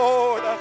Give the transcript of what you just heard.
Lord